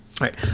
right